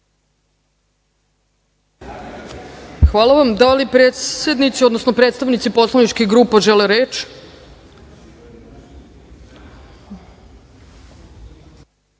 Hvala vam. Da li predsednici odnosno predstavnici poslaničkih grupa žele